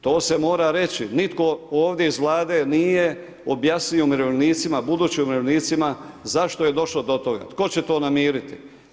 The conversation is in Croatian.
To se mora reći, nitko ovdje iz Vlade nije objasnio umirovljenicima, budućim umirovljenicima, zašto je došlo do toga, tko će to namiriti.